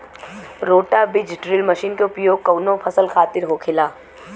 रोटा बिज drill machine के उपयोग कऊना फसल खातिर होखेला?